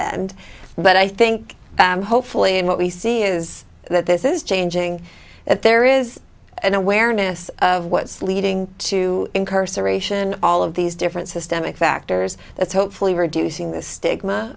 and but i think hopefully and what we see is that this is changing that there is an awareness of what's leading to incarceration all of these different systemic factors that's hopefully reducing the stigma